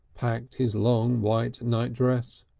packed his long white nightdress,